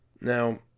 Now